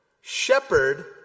shepherd